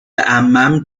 عمم